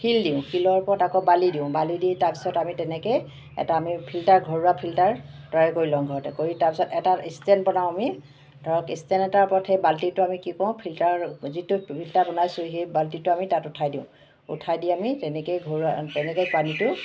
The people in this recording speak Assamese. শিল দিওঁ শিলৰ ওপৰত আকৌ বালি দিওঁ বালি দি তাৰপাছত আমি তেনেকৈ এটা আমি ফিল্টাৰ ঘৰুৱা ফিল্টাৰ তৈয়াৰ কৰি লওঁ ঘৰতে কৰি তাৰপাছত এটা ষ্টেণ্ড বনাওঁ আমি ধৰক ষ্টেণ্ড এটাৰ ওপৰত সেই বাল্টিটো আমি কি কৰোঁ ফিল্টাৰ যিটো ফিল্টাৰ বনাইছোঁ সেই বাল্টিটো আমি তাত উঠাই দিওঁ উঠাই দি আমি তেনেকৈয়ে ঘৰুৱা তেনেকৈয়ে পানীটো